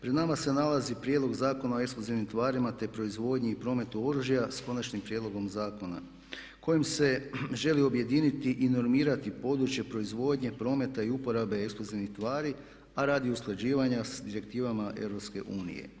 Pred nama se nalazi prijedlog Zakona o eksplozivnim tvarima te proizvodnju i prometu oružja s konačnim prijedlogom zakona kojim se želi objediniti i normirati područje proizvodnje, prometa i uporabe eksplozivnih tvari a radi usklađivanja sa direktivama EU.